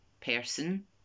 person